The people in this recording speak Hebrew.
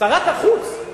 שרת החוץ,